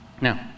Now